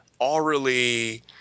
aurally